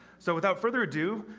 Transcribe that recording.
so without further ado,